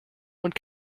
und